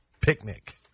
picnic